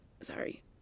sorry